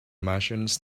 martians